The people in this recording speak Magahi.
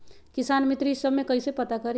किसान मित्र ई सब मे कईसे पता करी?